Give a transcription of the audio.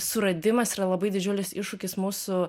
suradimas yra labai didžiulis iššūkis mūsų